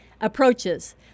approaches